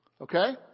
Okay